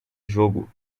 jogo